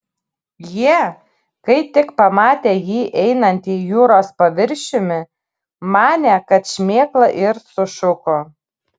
jie kai tik pamatė jį einantį jūros paviršiumi manė kad šmėkla ir sušuko